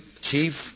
chief